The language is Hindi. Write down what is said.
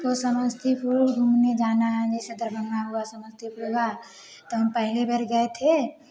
तो समस्तीपुर हमें जाना है जैसे दरभंगा हुआ समस्तीपुर हुआ तो हम पहली बर गए थे